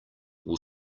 will